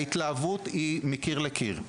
ההתלהבות היא מקיר לקיר.